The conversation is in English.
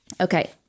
Okay